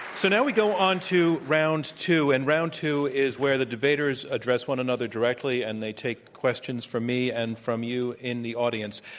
so now we go on to round two. and round two is where the debaters address one another directly, and they take questions from me and from you in the audience.